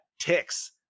Ticks